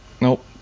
nope